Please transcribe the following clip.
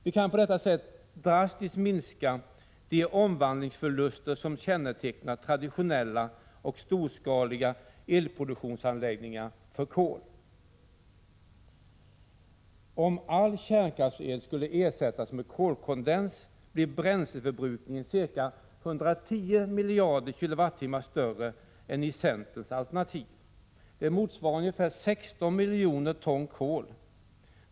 Vi kan på detta sätt drastiskt minska de omvandlingsförluster som kännetecknar traditionella och storskaliga elproduktionsanläggningar baserade på kol. Om all kärnkraftsel skall ersättas med kolkondens blir bränsleförbrukningen ca 110 miljarder kWh större än i centerns alternativ. Det motsvarar ungefär 16 miljoner ton kol.